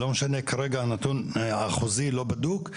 לא משנה כרגע הנתון האחוזי לא בדוק,